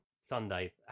Sunday